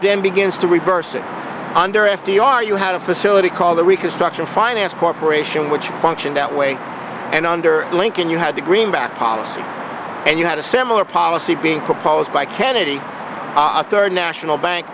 then begins to reverse and under f d r you had a facility called the reconstruction finance corporation which function that way and under lincoln you had the greenback policy and you had a similar policy being proposed by kennedy arthur national bank